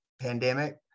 pandemic